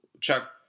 Chuck